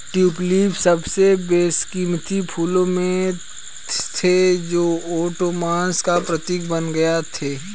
tulip सबसे बेशकीमती फूलों में से थे जो ओटोमन्स का प्रतीक बन गए थे